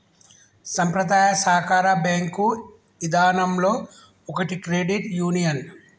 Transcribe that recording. సంప్రదాయ సాకార బేంకు ఇదానంలో ఒకటి క్రెడిట్ యూనియన్